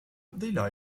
dei